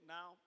Now